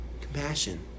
Compassion